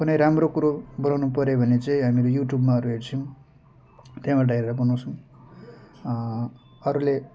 कुनै राम्रो कुरो बनाउनुपर्यो भने चाहिँ हामीहरू युट्युबमाहरू हेर्छौँ त्यहाँबाट हेरेर बनाउँछौँ अरूले